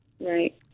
Right